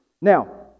now